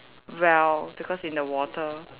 well because in the water